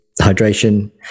hydration